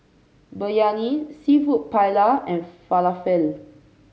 Biryani seafood Paella and Falafel